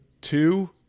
two